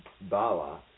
Bala